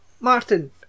Martin